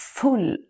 full